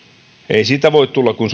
ei siitä voi tulla kuin